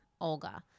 Olga